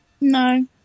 No